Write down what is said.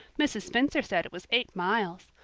mrs. spencer said it was eight miles.